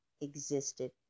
existed